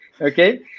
okay